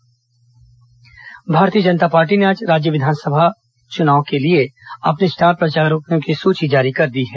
Bhajpa star प्रचारक Bharatiya Janata Party ने आज राज्य विधानसभा चुनाव के लिए अपने स्टार प्रचारकों की सूची जारी कर दी है